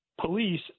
police